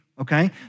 okay